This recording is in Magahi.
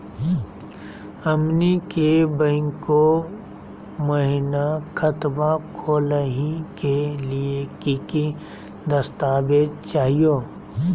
हमनी के बैंको महिना खतवा खोलही के लिए कि कि दस्तावेज चाहीयो?